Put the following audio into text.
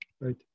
right